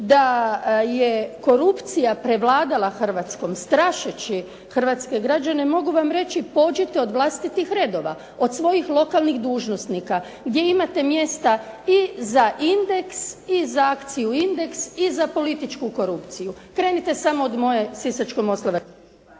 da je korupcija prevladala Hrvatskom strašeći hrvatske građane mogu vam reći pođite od vlastitih redova. Od svojih lokalnih dužnosnika gdje imate mjesta i za indeks i za akciju «Indeks» i za političku korupciju. Krenite samo od moje Sisačko …